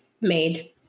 made